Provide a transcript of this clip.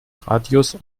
radius